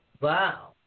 Wow